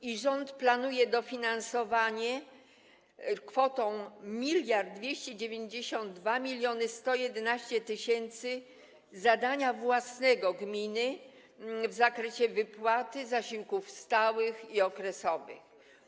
I rząd planuje dofinansowanie kwotą 1 292 111 tys. zł zadania własnego gminy w zakresie wypłaty zasiłków stałych i okresowych.